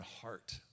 heart